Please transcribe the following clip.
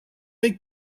make